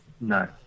No